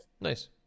Nice